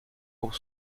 pour